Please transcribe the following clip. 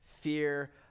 fear